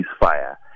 ceasefire